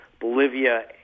Bolivia